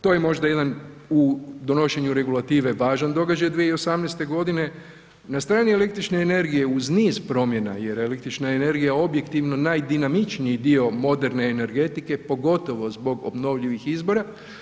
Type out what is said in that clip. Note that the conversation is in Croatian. To je možda jedan u donošenju regulative važan događaj 2018. godine na strani električne energije uz niz promjena jer električna energija je objektivno najdinamičniji dio moderne energetike pogotovo zbog obnovljivih izvora.